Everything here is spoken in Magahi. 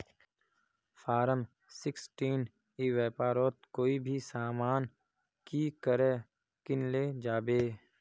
फारम सिक्सटीन ई व्यापारोत कोई भी सामान की करे किनले जाबे?